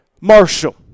Marshall